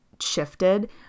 shifted